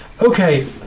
Okay